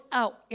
out